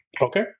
Okay